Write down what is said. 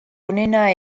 onena